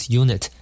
unit